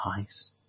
eyes